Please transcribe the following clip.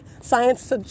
science